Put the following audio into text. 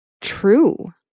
true